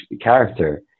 character